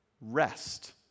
Rest